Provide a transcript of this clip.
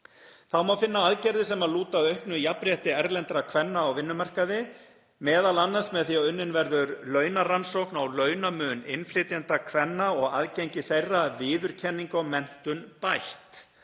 Þá má finna aðgerðir sem lúta að auknu jafnrétti erlendra kvenna á vinnumarkaði, m.a. með því að unnin verður launarannsókn á launamun innflytjendakvenna og aðgengi þeirra að viðurkenningu á menntun bætt.